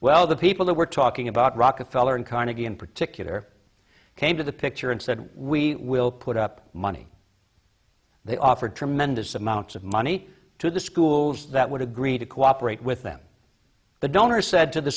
well the people who were talking about rockefeller and carnegie in particular came to the picture and said we will put up money they offer tremendous amounts of money to the schools that would agree to cooperate with them but donors said to the